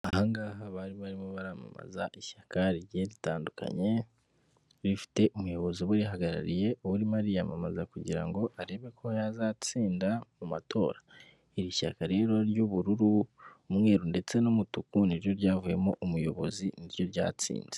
Aha ngaha bari barimo baramamaza ishyaka rigiye ritandukanye rifite umuyobozi uba urihagarariye uba urimo ariyamamaza kugira ngo arebe ko yazatsinda mu matora, iri shyaka rero ry'ubururu, umweru ndetse n'umutuku, niryo ryavuyemo umuyobozi niryo ryatsinze.